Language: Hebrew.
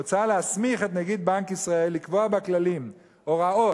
מוצע להסמיך את נגיד בנק ישראל לקבוע בכללים הוראות